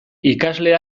ikasle